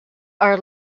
are